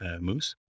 moose